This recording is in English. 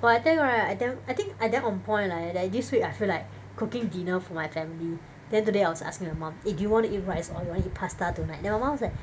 !wah! I tell you right I damn I think I damn on point like like this week I feel like cooking dinner for my family then today I was asking my mum eh do you want to eat rice or you wanna eat pasta tonight then my mum was like